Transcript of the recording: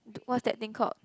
t~ what's that thing called